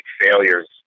failures